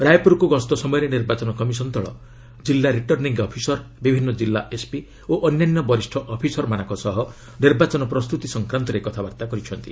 ରାୟପୁରକୁ ଗସ୍ତ ସମୟରେ ନିର୍ବାଚନ କମିଶନ୍ ଦଳ କିଲ୍ଲା ରିଟର୍ଣ୍ଣିଙ୍ଗ୍ ଅଫିସର ବିଭିନ୍ନ ଜିଲ୍ଲା ଏସ୍ପି ଓ ଅନ୍ୟାନ୍ୟ ବରିଷ୍ଠ ଅଫିସରମାନଙ୍କ ସହ ନିର୍ବାଚନ ପ୍ରସ୍ତୁତି ସଂକ୍ରାନ୍ତରେ କଥାବାର୍ତ୍ତା କରିଥିଲେ